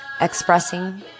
expressing